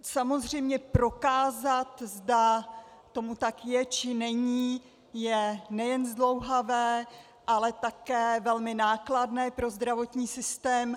Samozřejmě prokázat, zda tomu tak je, či není, je nejen zdlouhavé, ale také velmi nákladné pro zdravotní systém.